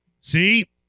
See